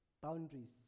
boundaries